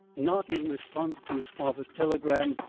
not in response to his father's telegram,